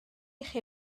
chi